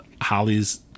Holly's